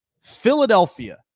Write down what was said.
Philadelphia